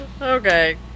Okay